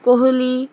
Kohli